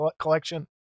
collection